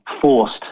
forced